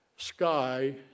sky